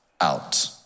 out